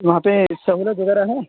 وہاں پہ سہولت وغیرہ ہے